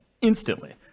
instantly